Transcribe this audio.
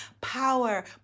power